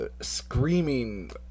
screaming